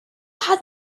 has